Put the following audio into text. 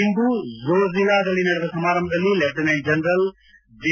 ಇಂದು ಝೋಜಿಲಾದಲ್ಲಿ ನಡೆದ ಸಮಾರಂಭದಲ್ಲಿ ಲೆಫ್ಟಿನೆಂಟ್ ಜನರಲ್ ಜೆ